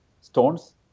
stones